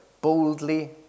boldly